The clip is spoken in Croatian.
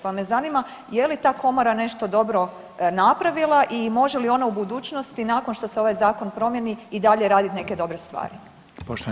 Pa me zanima je li ta Komora nešto dobro napravila i može li ona u budućnosti nakon što se ovaj zakon promijeni i dalje raditi neke dobre stvari?